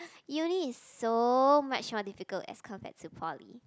uni is so much more difficult as compared to poly